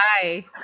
hi